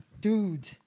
dude